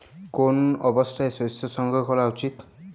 কোন অবস্থায় শস্য সংগ্রহ করা উচিৎ?